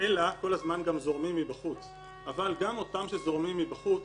אלא כל הזמן זורמים מבחוץ אבל גם אותם שזורמים מבחוץ,